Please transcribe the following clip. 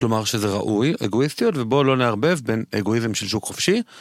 כלומר שזה ראוי, אגואיסטיות, ובוא לא נערבב בין אגואיזם של שוק חופשי.